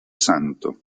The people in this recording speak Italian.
santo